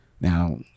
Now